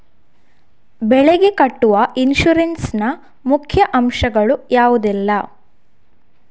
ಬೆಳೆಗೆ ಕಟ್ಟುವ ಇನ್ಸೂರೆನ್ಸ್ ನ ಮುಖ್ಯ ಅಂಶ ಗಳು ಯಾವುದೆಲ್ಲ?